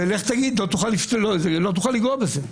לך תגיד להם, לא תוכל לנגוע בזה.